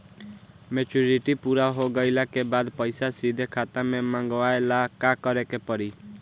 Maturity पूरा हो गइला के बाद पईसा सीधे खाता में मँगवाए ला का करे के पड़ी?